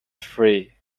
free